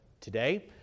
today